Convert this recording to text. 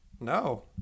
No